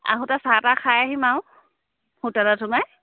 আহোঁতে চাহ টাহ খাই আহিম আৰু হোটেলত সোমাই